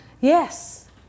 Yes